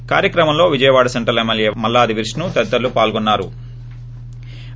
ఈ కార్యక్రమంలో Vijayawada central MLA Malladi Vishnu తదితరుల పాల్గొన్సారు